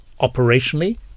operationally